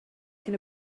cyn